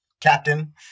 captain